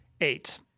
Eight